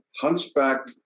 Hunchback